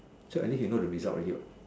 so at least you know the result already what